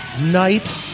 Night